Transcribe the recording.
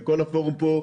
וכל הפורום פה,